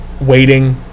waiting